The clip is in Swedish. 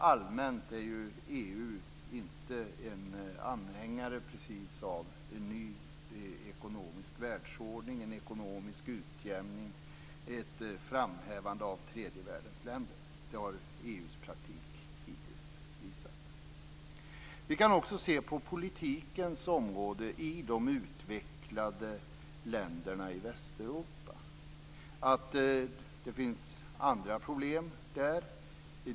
Allmänt är ju EU inte precis någon anhängare av en ny ekonomisk världsordning, en ekonomisk utjämning och ett framhävande av tredje världens länder. Det har EU i praktiken hittills visat. Vi kan också se på politikens område i de utvecklade länderna i Västeuropa att det finns andra problem där.